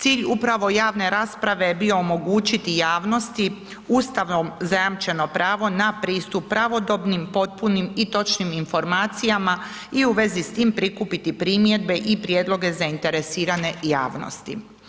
Cilj upravo javne rasprave bio je omogućiti javnosti ustavom zajamčeno pravo na pristup pravodobnim, potpunim i točnim informacijama i u vezi s tim prikupiti prijedlog i prijedloge zainteresirane javnosti.